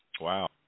Wow